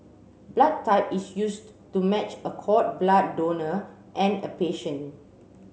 blood type is used to match a cord blood donor and a patient